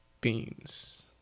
beans